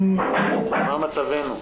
מה מצבנו?